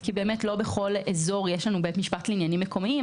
כי לא בכל אזור יש בית משפט לעניינים מקומיים,